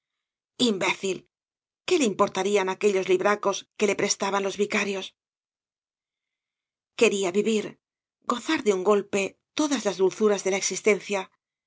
imbécil qué le importarían aquellos libracos que le prestaban los vicarios quería vivir gozar de un golpe todas las dulzuras de la existencia se